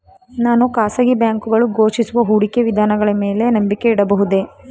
ನಾನು ಖಾಸಗಿ ಬ್ಯಾಂಕುಗಳು ಘೋಷಿಸುವ ಹೂಡಿಕೆ ವಿಧಾನಗಳ ಮೇಲೆ ನಂಬಿಕೆ ಇಡಬಹುದೇ?